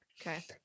Okay